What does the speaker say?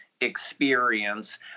experience